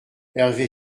hervé